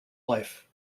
life